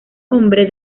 hombre